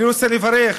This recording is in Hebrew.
אני רוצה לברך.